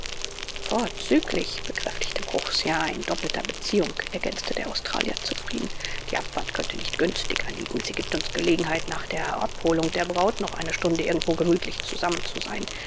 vorzüglich bekräftigte bruchs ja in doppelter beziehung ergänzte der australier zufrieden die abfahrtszeit könnte nicht günstiger liegen sie gibt uns gelegenheit nach der abholung der braut noch eine stunde irgendwo gemütlich zusammen zu sein